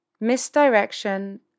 Misdirection